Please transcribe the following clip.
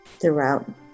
throughout